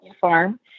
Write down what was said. farm